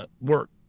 work